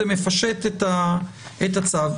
זה מפשט את הצו.